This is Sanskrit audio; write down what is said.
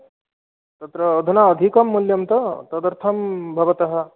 तत्र अधुना अधिकं मूल्यं त तदर्थं भवतः